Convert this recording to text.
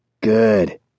Good